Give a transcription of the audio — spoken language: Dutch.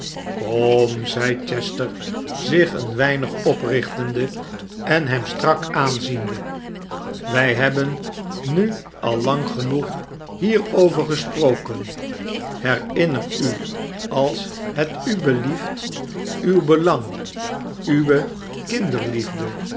kora zeide chester zich een weinig oprichtende en hem strak aanziende wij hebben nu al lang genoeg hierover gesproken herinner u als het u belieft uw belang uwe kinderliefde